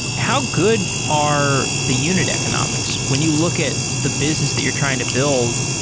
how good are the unit economics? when you look at the business that you're trying to build,